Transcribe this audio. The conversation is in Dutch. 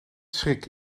schrik